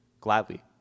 Gladly